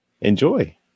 enjoy